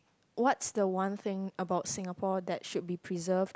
what's the one thing about Singapore that should be preserved